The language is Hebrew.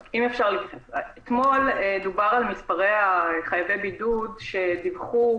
אתמול דובר על מספר חייבי הבידוד שדיווחו